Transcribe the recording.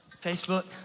Facebook